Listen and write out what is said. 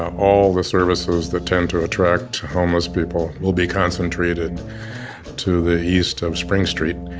ah all the services that tend to attract homeless people will be concentrated to the east of spring street.